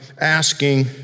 asking